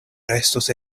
restos